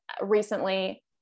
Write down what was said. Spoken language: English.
recently